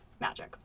magic